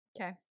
Okay